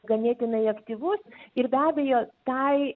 ganėtinai aktyvus ir be abejo tai